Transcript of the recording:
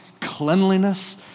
cleanliness